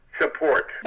support